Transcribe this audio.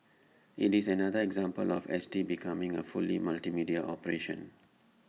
IT is another example of S T becoming A fully multimedia operation